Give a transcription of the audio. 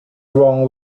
wrong